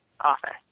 office